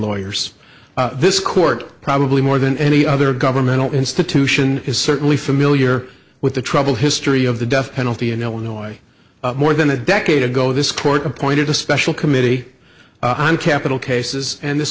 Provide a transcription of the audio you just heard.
lawyers this court probably more than any other governmental institution is certainly familiar with the troubled history of the death penalty in illinois more than a decade ago this court appointed a special committee on capital cases and this